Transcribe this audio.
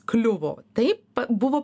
kliuvo taip buvo